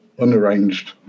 unarranged